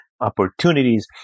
opportunities